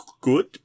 good